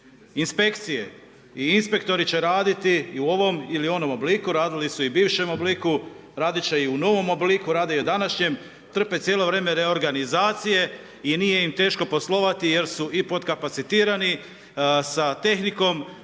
Inspekcije i inspektori će raditi i u ovom ili onom obliku, radili su i bivšem obliku, radit će i u novom obliku, rade i u današnjem, trpe cijelo vrijeme reorganizacije i nije im teško poslovati, jer su i pod kapacitirani sa tehnikom,